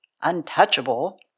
untouchable